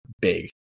big